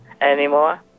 anymore